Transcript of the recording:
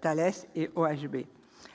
Thales et